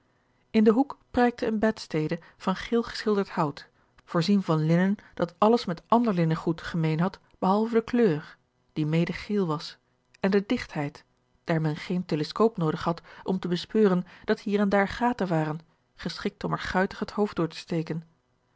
in den hoek prijkte eene bedstede van geel geschilderd hout voorzien van linnen dat alles met ander linnengoed gemeen had behalve de kleur die mede geel was en de digtheid daar men geen teleskoop noodig had om te bespeuren dat hier en daar gaten waren geschikt om er guitig het hoofd door te steken